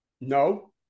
No